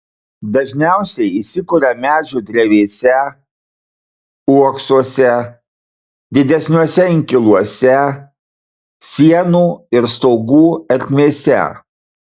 dažniausiai įsikuria medžių drevėse uoksuose didesniuose inkiluose sienų ir stogų ertmėse